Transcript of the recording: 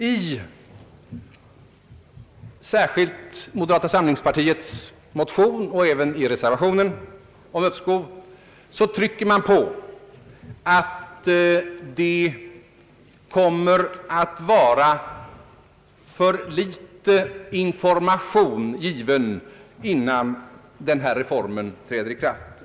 I särskilt moderata samlingspartiets motion och även i reservationen om uppskov trycker man på att det kommer att vara för liten information given, innan reformen träder i kraft.